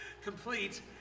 complete